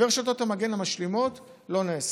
ורשתות המגן המשלימות, לא נעשה.